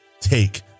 Take